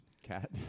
cat